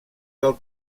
del